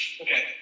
Okay